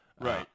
Right